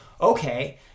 okay